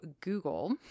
Google